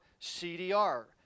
CDR